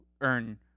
earn